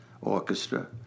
Orchestra